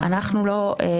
שוב,